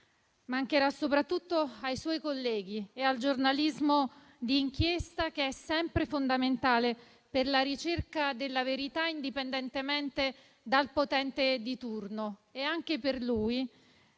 mancherà soprattutto ai suoi colleghi e al giornalismo di inchiesta, che è sempre fondamentale per la ricerca della verità, indipendentemente dal potente di turno. Anche per lui